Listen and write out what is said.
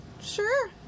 Sure